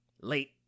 Late